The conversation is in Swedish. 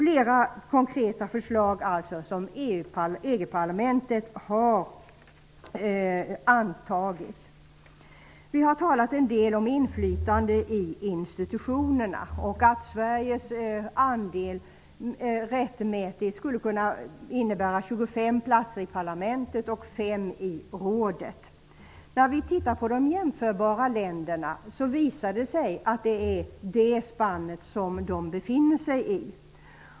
Det finns alltså flera konkreta förslag som EU Vi har talat om inflytande i institutionerna och att Sveriges andel rättmätigt skulle kunna innebära 25 platser i parlamentet och 5 platser i rådet. Om man tittar på de jämförbara länderna visar det sig att det är i det spannet de befinner sig.